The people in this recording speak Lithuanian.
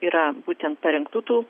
yra būtent parengtų tų